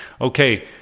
Okay